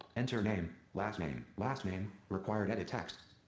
enter name. last name. last name required edit text.